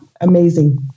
amazing